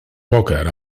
pòquer